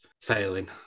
failing